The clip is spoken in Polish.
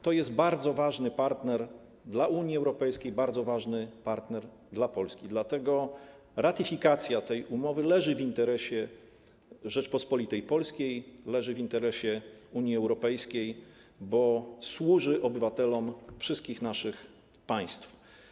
To jest bardzo ważny partner Unii Europejskiej, bardzo ważny partner Polski, dlatego ratyfikacja tej umowy leży w interesie Rzeczypospolitej Polskiej, leży w interesie Unii Europejskiej, bo służy obywatelom wszystkich naszych państw.